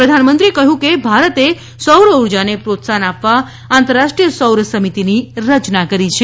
પ્રધાનમંત્રીએ કહયું કે ભારતે સૌર ઉર્જાને પ્રોત્સાહન આપવા આંતરરાષ્ટ્રીય સૌર સમિતિની રચના કરી છે